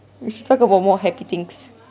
we should talk about more happy things